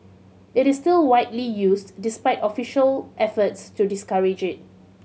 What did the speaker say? it is still widely used despite official efforts to discourage it